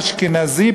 אשכנזי,